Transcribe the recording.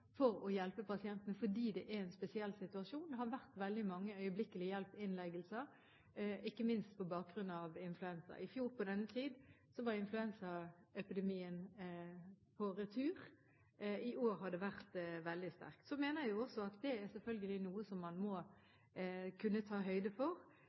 for å hjelpe pasientene, fordi det er en spesiell situasjon. Det har vært veldig mange øyeblikkelig-hjelp-innleggelser, ikke minst på bakgrunn av influensa. I fjor på denne tiden var influensaepidemien på retur. I år har det vært veldig sterkt. Jeg mener at det selvfølgelig er noe som man må kunne ta høyde for.